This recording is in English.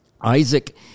Isaac